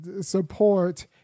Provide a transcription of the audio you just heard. support